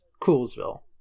Coolsville